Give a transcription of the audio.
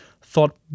thought